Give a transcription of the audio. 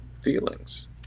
feelings